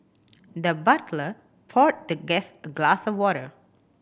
the butler poured the guest a glass of water